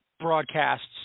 broadcasts